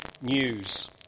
news